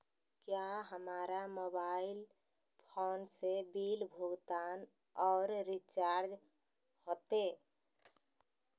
क्या हमारा mobile phone से बिल भुगतान और रिचार्ज होते?